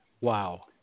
Wow